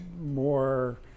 more